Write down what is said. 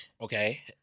Okay